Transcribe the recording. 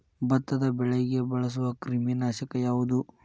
ಭತ್ತದ ಬೆಳೆಗೆ ಬಳಸುವ ಕ್ರಿಮಿ ನಾಶಕ ಯಾವುದು?